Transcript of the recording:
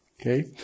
Okay